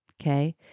okay